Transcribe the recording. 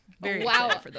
Wow